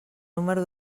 número